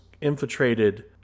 infiltrated